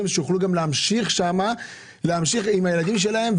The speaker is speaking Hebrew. שיוכלו גם להמשיך שם עם הילדים שלהם.